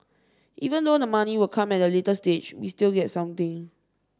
even though the money will come at a later stage we still get something